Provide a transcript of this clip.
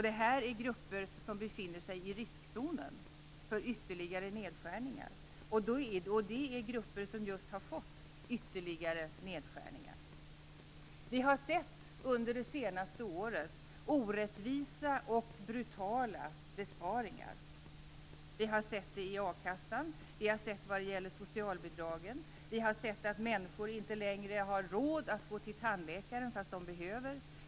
Det här är grupper som befinner sig i riskzonen för ytterligare nedskärningar, och det är grupper som just har fått ytterligare nedskärningar. Vi har under det senaste året sett orättvisa och brutala besparingar. Vi har sett det i a-kassan. Vi har sett det vad gäller socialbidragen. Vi har sett att människor inte längre har råd att gå till tandläkaren fast de behöver.